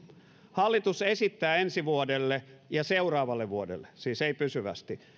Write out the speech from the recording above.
hallitus esittää ensi vuodelle ja seuraavalle vuodelle siis ei pysyvästi